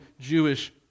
Jewish